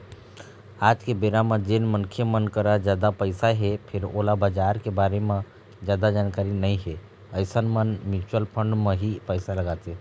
आज के बेरा म जेन मनखे मन करा जादा पइसा हे फेर ओला बजार के बारे म जादा जानकारी नइ हे अइसन मन म्युचुअल फंड म ही पइसा लगाथे